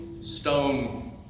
stone